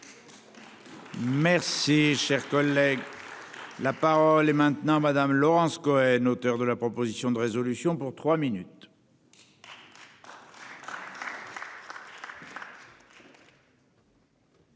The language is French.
Merci cher collègue. Là. Par les maintenant madame Laurence Cohen, auteur de la proposition de résolution pour 3 minutes.